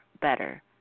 better